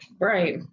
Right